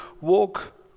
walk